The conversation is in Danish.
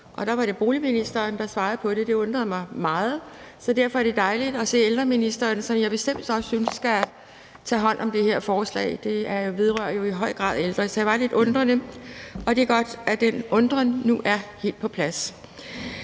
og der var det boligministeren, der svarede på det. Det undrede mig meget, så derfor er det dejligt at se ældreministeren, som jeg bestemt også synes skal tage hånd om det her forslag. Det vedrører jo i høj grad ældre, så jeg var lidt forundret, og det er godt, at det nu er helt på plads.